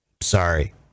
Sorry